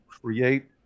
create